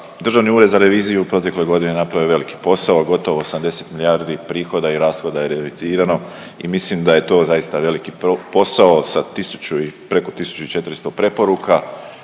Državni ured za reviziju u protekloj je godini napravio veliki posao, a gotovo 80 milijardi prihoda i rashoda je revidirano i mislim da je to zaista veliki posao sa 1000, preko 1400 preporuka